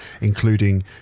including